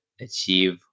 achieve